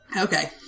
Okay